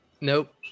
Nope